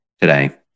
today